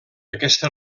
aquesta